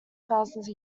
thousands